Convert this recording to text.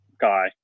guy